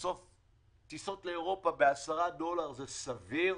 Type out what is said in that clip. בסוף טיסות לאירופה בעשרה דולר זה סביר,